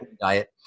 diet